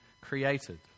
created